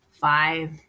five